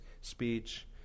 speech